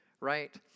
right